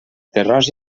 terròs